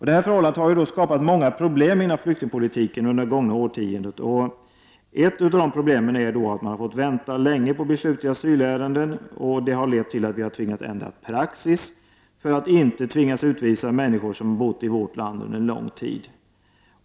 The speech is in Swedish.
Detta förhållande har skapat många problem inom flyktingpolitiken under det gångna årtiondet. Ett av de problemen är att man har fått vänta länge på beslut i asylärenden, och det har lett till att vi har tvingats ändra praxis för att inte tvingas utvisa människor som har bott i vårt land under en lång tid.